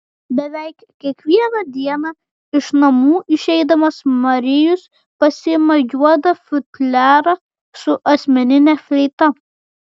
beveik kiekvieną dieną iš namų išeidamas marijus pasiima juodą futliarą su asmenine fleita